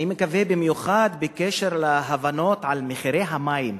אני מקווה במיוחד בקשר להבנות על מחירי המים,